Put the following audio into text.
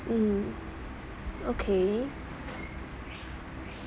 mm okay